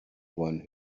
one